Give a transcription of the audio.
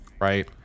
right